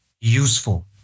useful